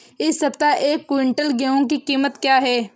इस सप्ताह एक क्विंटल गेहूँ की कीमत क्या है?